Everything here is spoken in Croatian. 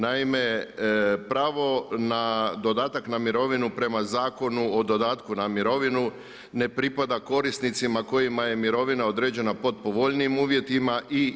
Naime, pravo na dodatak na mirovinu prema Zakonu o dodatku na mirovinu ne pripada korisnicima kojima je mirovina određena pod povoljnijim uvjetima i/